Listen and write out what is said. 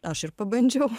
aš ir pabandžiau